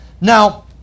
Now